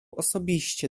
osobiście